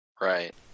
Right